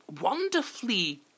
wonderfully